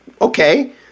okay